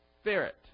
spirit